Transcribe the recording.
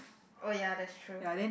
oh ya that's true